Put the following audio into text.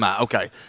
Okay